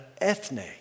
ethne